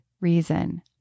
reason